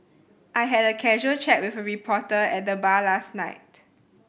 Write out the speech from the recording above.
I had a casual chat with a reporter at the bar last night